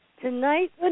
Tonight